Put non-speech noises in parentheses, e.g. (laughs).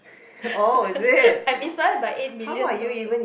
(laughs) I'm inspired by eight million dollars